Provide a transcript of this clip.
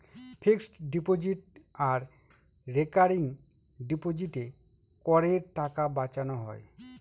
fixed deposit আর recurring ডিপোজিটে করের টাকা বাঁচানো হয়